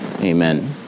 Amen